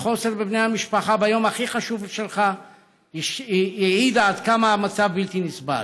החוסר בבני המשפחה ביום הכי חשוב שלך העיד עד כמה המצב בלתי נסבל.